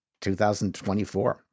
2024